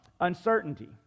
Uncertainty